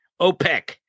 OPEC